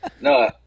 No